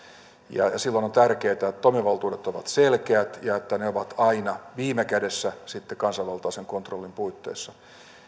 ja silloin on tärkeää että toimivaltuudet ovat selkeät ja että ne ovat aina viime kädessä sitten kansanvaltaisen kontrollin puitteissa